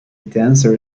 dancer